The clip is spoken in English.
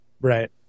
Right